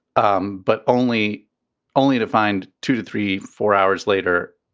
um but only only to find two to three, four hours later.